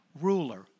ruler